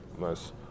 Nice